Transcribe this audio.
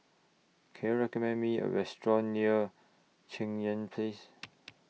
Can YOU recommend Me A Restaurant near Cheng Yan Place